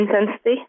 intensity